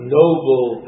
noble